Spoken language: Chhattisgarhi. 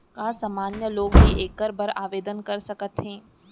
का सामान्य लोग भी एखर बर आवदेन कर सकत हे?